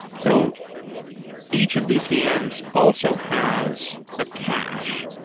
so each of these vm's also has a cache.